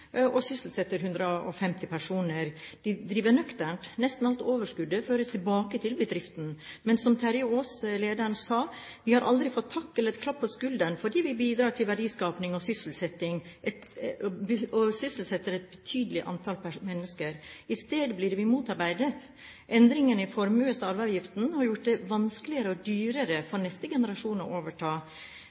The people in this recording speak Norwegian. og sysselsetter 150 personer. De driver nøkternt; nesten alt overskuddet føres tilbake til bedriften, men som lederen, Terje Aass, sa: Vi har aldri fått takk eller et klapp på skulderen fordi vi bidrar til verdiskapning og sysselsetter et betydelig antall mennesker. I stedet blir vi motarbeidet. Endringene i formuesskatten og arveavgiften har gjort det vanskeligere og dyrere for neste generasjon å overta.